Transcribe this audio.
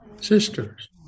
sisters